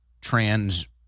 trans